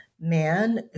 man